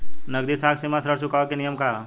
नगदी साख सीमा ऋण चुकावे के नियम का ह?